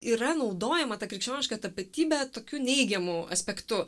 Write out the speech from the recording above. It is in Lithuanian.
yra naudojama ta krikščioniška tapatybė tokiu neigiamu aspektu